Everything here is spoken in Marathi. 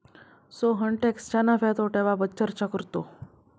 सोहन टॅक्सच्या नफ्या तोट्याबाबत चर्चा करतो